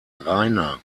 reiner